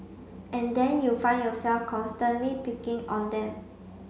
and then you find yourself constantly picking on them